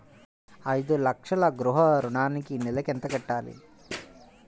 ఐదు లక్షల గృహ ఋణానికి నెలకి ఎంత కట్టాలి?